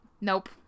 Nope